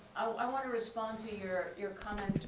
i wanna respond to you're you're comment,